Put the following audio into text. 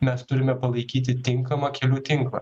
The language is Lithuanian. mes turime palaikyti tinkamą kelių tinklą